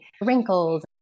wrinkles